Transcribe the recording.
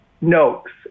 Noakes